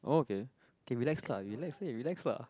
oh okay K relax lah relax then you relax lah